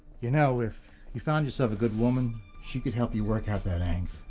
you know if you found yourself a good woman, she could help you work out that and